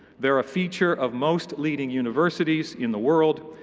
they are a feature of most leading universities. in the world.